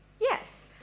Yes